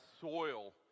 soil